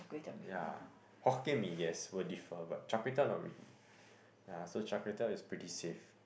ya Hokkien-Mee yes will differ but char-kway-teow not really ya so char-kway-teow is pretty safe